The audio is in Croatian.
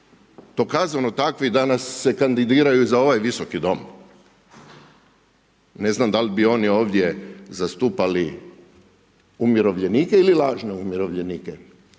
dokazano takvi danas se kandidiraju za ovaj Visoki dom. Ne znam dal bi oni ovdje zastupali umirovljenike ili lažne umirovljenike.